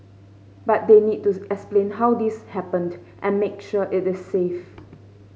but they need to explain how this happened and make sure it is safe